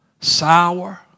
Sour